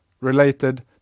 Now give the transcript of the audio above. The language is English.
related